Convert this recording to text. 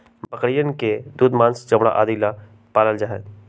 बकरियन के दूध, माँस, चमड़ा आदि ला पाल्ल जाहई